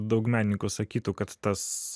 daug menininkų sakytų kad tas